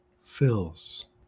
fills